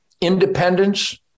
independence